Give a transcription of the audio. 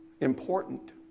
important